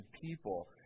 people